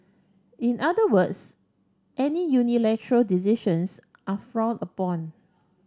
in other words any unilateral decisions are frowned upon